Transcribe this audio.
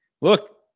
look